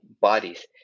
bodies